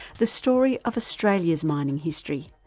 the story of australia's mining history,